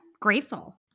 grateful